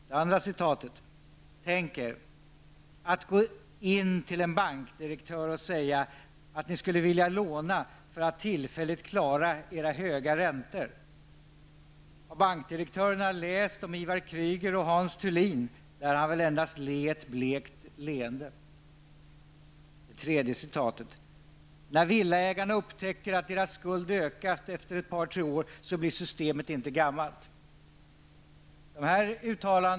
Det andra citatet lyder: ''Tänk er. Att gå in till en bankdirektör och säga att ni skulle vilja låna för att tillfälligt klara era höga räntor. Har bankdirektören läst om Ivar Kreuger och Hans Thulin lär han väl endast le ett blekt leende.'' Det tredje citatet lyder: ''När villaägarna upptäcker att deras skuld ökat efter ett par tre år blir systemet inte gammalt.'' Herr talman!